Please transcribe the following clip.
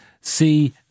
See